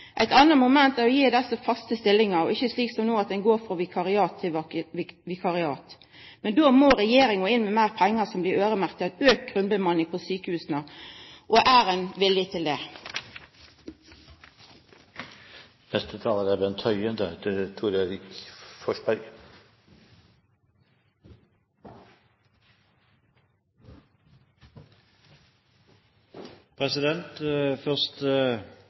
Eit anna moment er å gje desse faste stillingar, og ikkje slik som no, at ein går frå vikariat til vikariat. Men då må regjeringa inn med meir pengar som dei øyremerkjer ei auka grunnbemanning på sjukehusa. Og er ein villig til det? Først vil jeg takke interpellanten for å ta opp et tema som er